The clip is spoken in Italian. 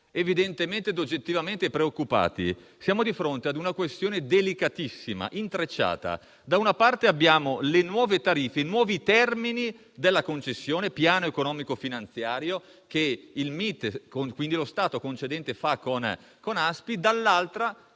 evidentemente e oggettivamente preoccupati, perché siamo di fronte a una questione delicatissima, intrecciata: da una parte abbiamo le nuove tariffe e i nuovi termini della concessione, il piano economico-finanziario che il MIT, quindi lo Stato concedente, fa con Aspi; dall'altra, abbiamo